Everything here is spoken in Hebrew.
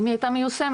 אם היא היתה מיושמת,